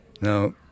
Now